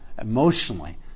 emotionally